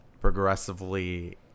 progressively